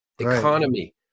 economy